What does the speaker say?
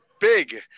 big